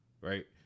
right